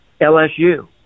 LSU